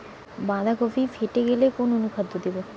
বাঁধাকপি ফেটে গেলে কোন অনুখাদ্য দেবো?